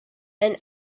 and